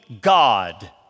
God